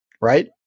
Right